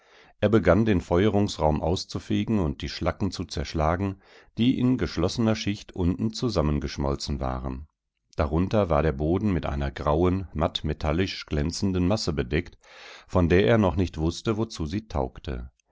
er begann den feuerungsraum auszufegen und die schlacken zu zerschlagen die in geschlossener schicht unten zusammengeschmolzen waren darunter war der boden mit einer grauen matt metallisch glänzenden masse bedeckt von der er noch nicht wußte wozu sie taugte